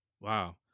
Wow